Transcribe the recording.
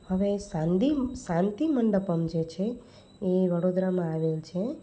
હવે સાંદિ શાંતિ મંડપમ જે છે એ વળોદરામાં આવેલ છે